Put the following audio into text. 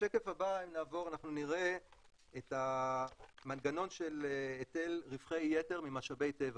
בשקף הבא אנחנו נראה את המנגנון של היטל רווחי יתר ממשאבי טבע.